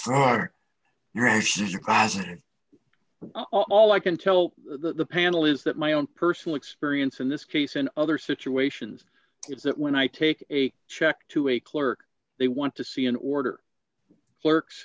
true all i can tell the panel is that my own personal experience in this case and other situations is that when i take a check to a clerk they want to see an order clerks